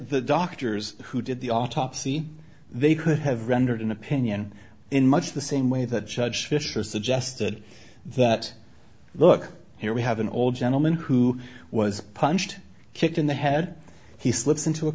the doctors who did the autopsy they could have rendered an opinion in much the same way that judge fisher suggested that look here we have an old gentleman who was punched kicked in the head he slips into a